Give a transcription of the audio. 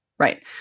Right